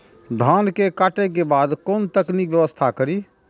धान के काटे के बाद कोन तकनीकी व्यवस्था करी?